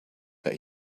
that